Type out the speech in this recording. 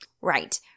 Right